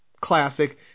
classic